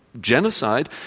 Genocide